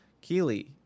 Keely